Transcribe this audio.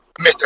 mr